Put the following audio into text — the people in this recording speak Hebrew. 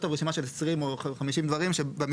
אני לא אכתוב רשימה של 20 או 50 דברים,